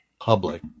public